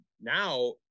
now